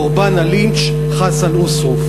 קורבן הלינץ' חסן אוסרוף.